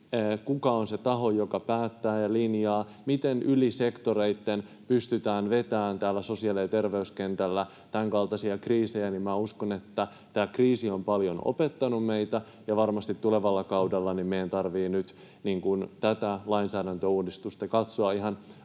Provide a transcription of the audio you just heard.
kuka on se taho, joka päättää ja linjaa, miten yli sektoreitten pystytään vetämään sosiaali- ja terveyskentällä tämänkaltaisia kriisejä. Minä uskon, että tämä kriisi on paljon opettanut meitä, ja varmasti tulevalla kaudella meidän tarvitsee tätä lainsäädäntöuudistusta katsoa ihan